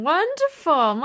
Wonderful